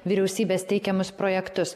vyriausybės teikiamus projektus